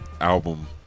album